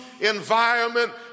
environment